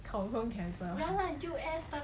confirm cancel